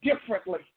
differently